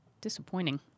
disappointing